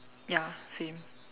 ya same